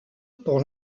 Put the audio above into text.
pour